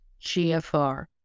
GFR